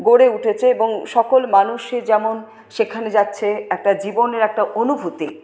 গড়ে উঠেছে এবং সকল মানুষই যেমন সেখানে যাচ্ছে একটা জীবনের একটা অনুভূতি